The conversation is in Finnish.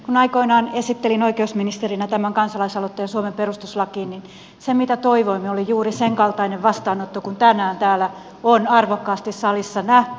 kun aikoinaan esittelin oikeusministerinä tämän kansalaisaloitteen suomen perustuslakiin niin se mitä toivoimme oli juuri senkaltainen vastaanotto kuin tänään täällä on arvokkaasti salissa nähty